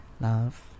love